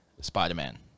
Spider-Man